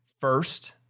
First